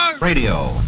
Radio